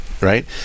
right